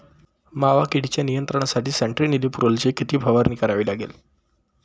मावा किडीच्या नियंत्रणासाठी स्यान्ट्रेनिलीप्रोलची किती फवारणी करावी लागेल?